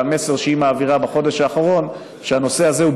המסר שהיא מעבירה בחודש האחרון הוא שהנושא הזה הוא